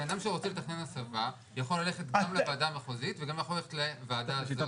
אדם שרוצה לתכנן הסבה יכול ללכת גם לוועדה מחוזית וגם לוועדה ארצית.